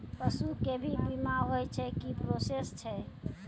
पसु के भी बीमा होय छै, की प्रोसेस छै?